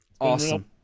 awesome